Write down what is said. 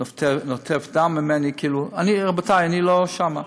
כאילו נוטף ממני דם.